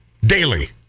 daily